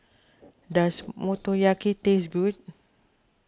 does Motoyaki taste good